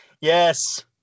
yes